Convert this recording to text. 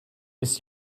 ist